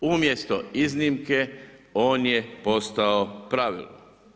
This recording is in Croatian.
Umjesto iznimke, on je postao pravilo.